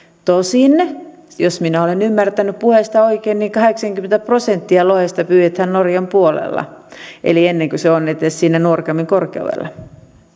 tosin jos minä olen olen ymmärtänyt puheista oikein kahdeksankymmentä prosenttia lohesta pyydetään norjan puolella eli ennen kuin se on edes siinä nuorgamin korkeudella